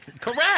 Correct